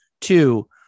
two